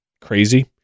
crazy